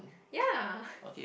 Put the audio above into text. ya